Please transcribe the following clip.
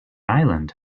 island